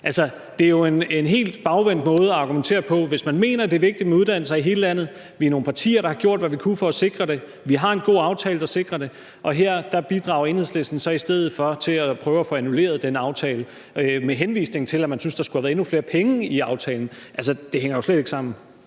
noget. Det er jo en helt bagvendt måde at argumentere på. Man mener, det er vigtigt med uddannelser i hele landet, og vi er nogle partier, der har gjort, hvad vi kunne for at sikre det, vi har en god aftale, der sikrer det, og her bidrager Enhedslisten så i stedet for til at prøve at få annulleret den aftale, med henvisning til at man synes, der skulle have været endnu flere penge i aftalen. Altså, det hænger jo slet ikke sammen.